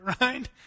right